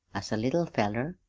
as a little fellow,